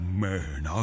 man